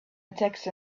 attacks